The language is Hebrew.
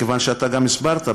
מכיוון שאתה גם הסברת,